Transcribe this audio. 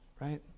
right